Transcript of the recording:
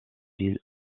fit